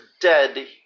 dead